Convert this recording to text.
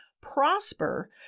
prosper